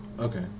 Okay